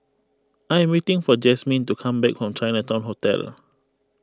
I am waiting for Jazmine to come back from Chinatown Hotel